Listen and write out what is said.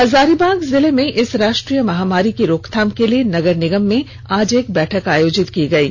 हजारीबाग जिले में इस राष्ट्रीय महामारी की रोकथाम के लिए नगर निगम में आज एक बैठक आयोजित की गयी